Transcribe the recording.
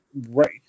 right